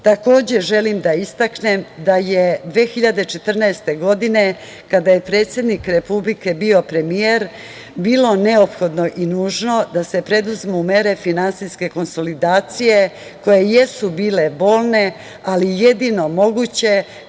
modelu. Takođe, želim da istaknem da je 2014. godine kad je predsednik Republike bio premijer, bilo neophodno i nužno da se preduzmu mere finansijske konsolidacije, koje jesu bile bolne, ali jedino moguće